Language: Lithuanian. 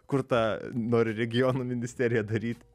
kur tą nori regiono ministeriją daryt